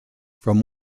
from